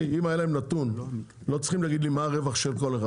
הם לא צריכים להגיד לי מה הרווח של כל אחד,